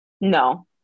No